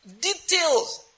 details